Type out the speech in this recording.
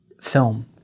film